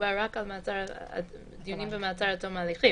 מדובר רק על דיונים במעצר עד תום ההליכים,